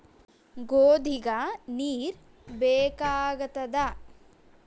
ಗೋಧಿಗ ನೀರ್ ಬೇಕಾಗತದ?